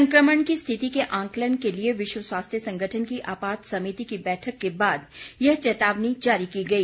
संक्रमण की स्थिति के आकलन के लिए विश्व स्वास्थ्य संगठन की आपात समिति की बैठक के बाद यह चेतावनी जारी की गई